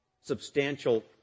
substantial